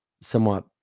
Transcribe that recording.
somewhat